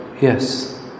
Yes